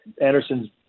Anderson's